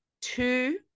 two